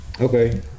Okay